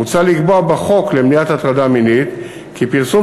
מוצע לקבוע בחוק למניעת הטרדה מינית כי פרסום